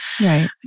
Right